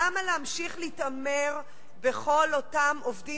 למה להמשיך להתעמר בכל אותם עובדים